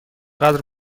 قدر